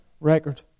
record